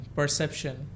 perception